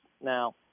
Now